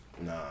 nah